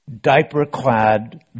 diaper-clad